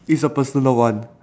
is a personal one